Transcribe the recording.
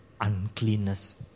uncleanness